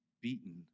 beaten